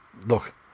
Look